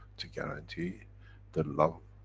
to guarantee the love,